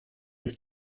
ist